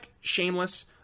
shameless